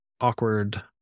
awkward